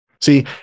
See